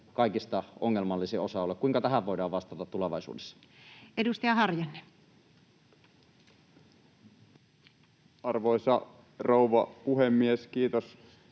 kaikista ongelmallisin osa-alue. Kuinka tähän voidaan vastata tulevaisuudessa? Edustaja Harjanne. Arvoisa rouva puhemies! Kiitos